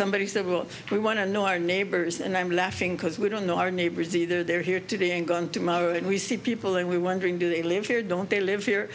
somebody said well we want to know our neighbors and i'm laughing because we don't know our neighbors either they're here today and gone tomorrow and we see people and we wondering do they live here don't they live here